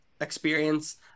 experience